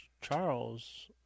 Charles